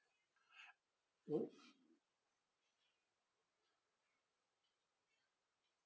mm